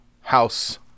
house